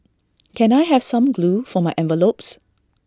can I have some glue for my envelopes